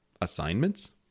assignments